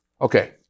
Okay